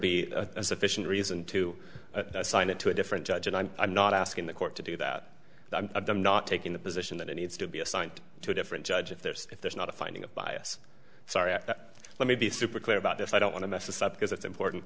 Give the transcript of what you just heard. a sufficient reason to assign it to a different judge and i'm not asking the court to do that i'm not taking the position that it needs to be assigned to a different judge if there's if there's not a finding of bias sorry let me be super clear about this i don't want to mess this up because it's important